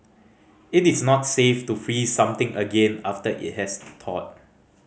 it is not safe to freeze something again after it has thawed